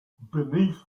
beneath